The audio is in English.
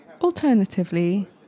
Alternatively